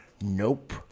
nope